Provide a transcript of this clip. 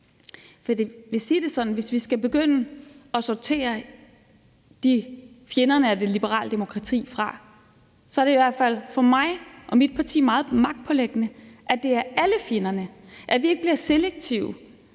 hvis vi skal begynde at sortere fjenderne af det liberale demokrati fra, er det i hvert fald for mig og mit parti meget magtpåliggende, at det er alle fjenderne, altså at vi ikke bliver selektive,